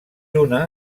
una